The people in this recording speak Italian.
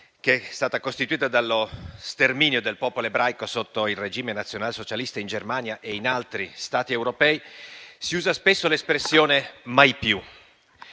che è stata costituita dallo sterminio del popolo ebraico sotto il regime nazionalsocialista in Germania e in altri Stati europei - si usa spesso l'espressione «mai più».